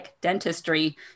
dentistry